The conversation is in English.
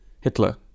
Hitler